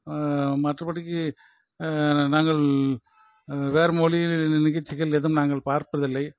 மற்றபடிக்கு நாங்கள் வேறு மொழியில் நிகழ்ச்சிகள் எதுவும் நாங்கள் பார்ப்பதில்லை